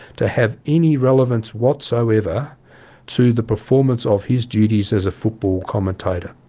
to have any relevance whatsoever to the performance of his duties as a football commentator.